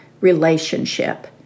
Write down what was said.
relationship